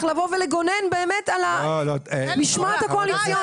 לבוא ולגונן באמת על המשמעת הקואליציונית.